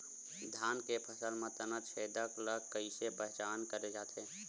धान के फसल म तना छेदक ल कइसे पहचान करे जाथे?